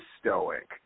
stoic